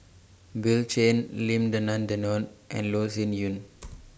Bill Chen Lim Denan Denon and Loh Sin Yun